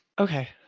Okay